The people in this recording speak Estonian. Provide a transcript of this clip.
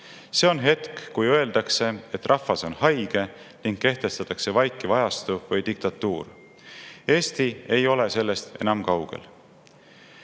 See on hetk, kui öeldakse, et "rahvas on haige", ning kehtestatakse vaikiv ajastu või diktatuur. Eesti ei ole sellest enam kaugel.